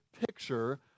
picture